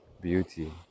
beauty